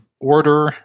order